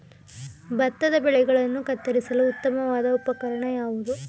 ಭತ್ತದ ಬೆಳೆಗಳನ್ನು ಕತ್ತರಿಸಲು ಉತ್ತಮವಾದ ಉಪಕರಣ ಯಾವುದು?